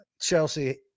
Chelsea